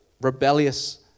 rebellious